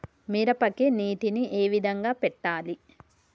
మిరపకి నీటిని ఏ విధంగా పెట్టాలి?